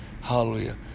hallelujah